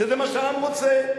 שזה מה שהעם רוצה,